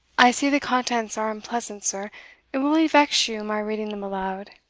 i see the contents are unpleasant, sir it will only vex you my reading them aloud.